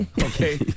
Okay